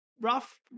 rough